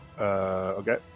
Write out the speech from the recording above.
Okay